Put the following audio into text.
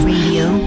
Radio